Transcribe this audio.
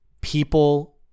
people